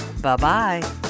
Bye-bye